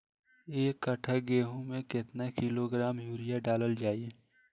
एक कट्टा गोहूँ में केतना किलोग्राम यूरिया डालल जाला?